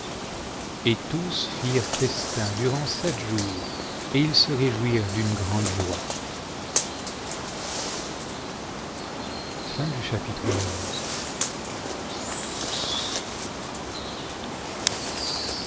et tous firent festin durant sept jours et ils seréjonirent d'une grande joie